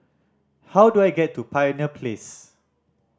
how do I get to Pioneer Place